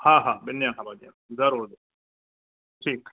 हा हा ॿिनि ॾींहंनि खां पोइ अची वेंदुमि ज़रूरु ठीकु आहे